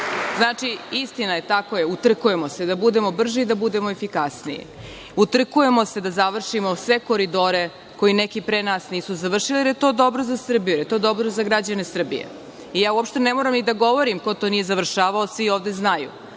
vama. Istina je ta, utrkujemo se da budemo brži, da budemo efikasniji. Utrkujemo se da završimo sve koridore koje neki pre nas nisu završili, jer je to dobro za Srbiju, jer je to dobro za građane Srbije. Uopšte ne moram da govorim ko to nije završavao. Svi ovde znaju.